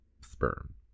sperm